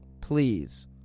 please